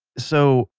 so.